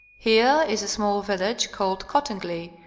here is a small village called cottingley,